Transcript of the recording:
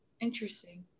interesting